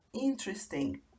interesting